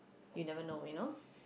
you never know you know